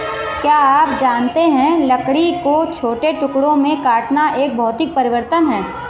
क्या आप जानते है लकड़ी को छोटे टुकड़ों में काटना एक भौतिक परिवर्तन है?